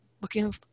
looking